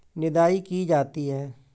निदाई की जाती है?